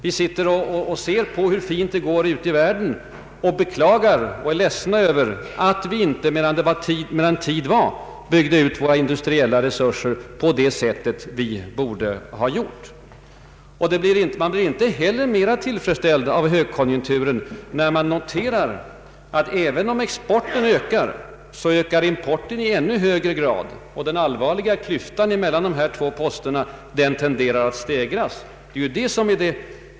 Vi kan iaktta hur bra det går ute i världen men måste samtidigt beklaga att vi inte medan tid var byggde ut våra industriella resurser på det sätt vi borde ha gjort. Man blir inte heller mera tillfredsställd av högkonjunkturen när man noterar att även om exporten ökar så ökar importen i ännu högre grad. Och den allvarliga klyftan mellan dessa två poster tenderar att vidgas.